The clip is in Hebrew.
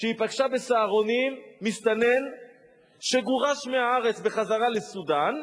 שהיא פגשה ב"סהרונים" מסתנן שגורש מהארץ בחזרה לסודן,